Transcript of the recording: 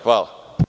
Hvala.